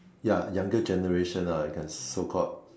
ya younger generations ah you can so called